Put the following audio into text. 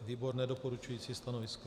Výbor nedoporučující stanovisko.